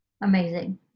Amazing